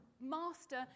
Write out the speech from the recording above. master